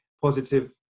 positive